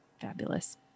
fabulous